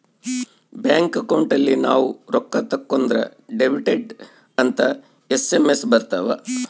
bank account ಅಲ್ಲಿ ನಾವ್ ರೊಕ್ಕ ತಕ್ಕೊಂದ್ರ ಡೆಬಿಟೆಡ್ ಅಂತ ಎಸ್.ಎಮ್.ಎಸ್ ಬರತವ